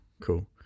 cool